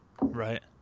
Right